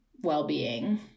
Well-being